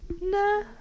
no